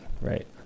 Right